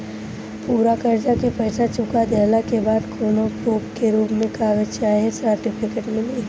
पूरा कर्जा के पईसा चुका देहला के बाद कौनो प्रूफ के रूप में कागज चाहे सर्टिफिकेट मिली?